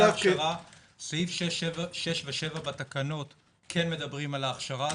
סעיף 6 ו-7 בתקנות כן מדברים על ההכשרה.